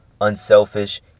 Unselfish